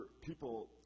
people